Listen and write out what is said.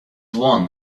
one